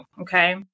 okay